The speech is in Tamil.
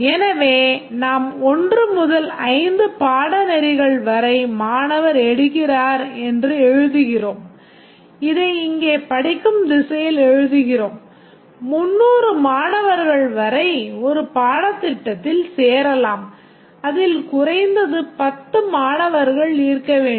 எனவே நாம் 1 முதல் 5 பாடநெறிகள் வரை மாணவர் எடுக்கிறார் என்று எழுதுகிறோம் இதை இங்கே படிக்கும் திசையில் எழுதுகிறோம் 300 மாணவர்கள் வரை ஒரு பாடத்திட்டத்தில் சேரலாம் அதில் குறைந்தது 10 மாணவர்கள் இருக்க வேண்டும்